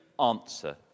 answer